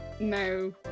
No